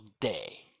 Day